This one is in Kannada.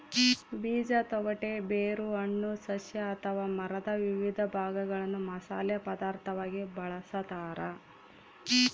ಬೀಜ ತೊಗಟೆ ಬೇರು ಹಣ್ಣು ಸಸ್ಯ ಅಥವಾ ಮರದ ವಿವಿಧ ಭಾಗಗಳನ್ನು ಮಸಾಲೆ ಪದಾರ್ಥವಾಗಿ ಬಳಸತಾರ